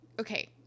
okay